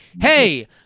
hey